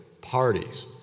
parties